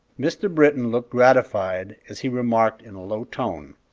mr. britton looked gratified, as he remarked, in a low tone,